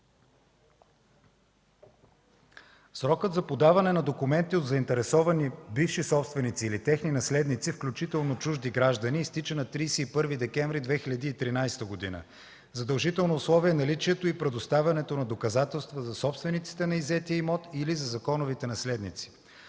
Срокът за подаване на документи от заинтересовани бивши собственици или техни наследници, включително чужди граждани, изтича на 31 декември 2013 г. Задължително условие е наличието и предоставянето на доказателства за собствениците на иззетия имот или за законовите наследници.